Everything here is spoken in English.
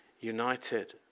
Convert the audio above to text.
united